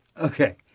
Okay